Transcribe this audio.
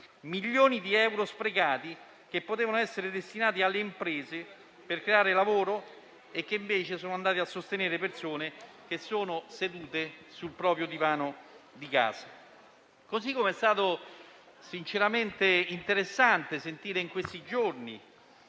milioni di euro sprecati che potevano essere destinati alle imprese per creare lavoro e che invece sono andati a sostenere persone sedute sul proprio divano di casa. Allo stesso modo è stato interessante sentire in questi giorni